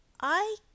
I